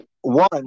one